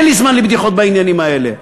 אין לי זמן לבדיחות בעניינים האלה.